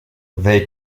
they